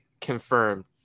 confirmed